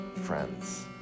friends